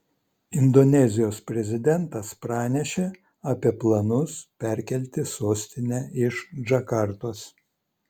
indonezijos prezidentas pranešė apie planus perkelti sostinę iš džakartos